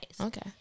Okay